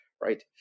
right